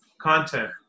content